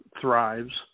thrives